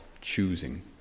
choosing